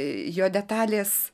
jo detalės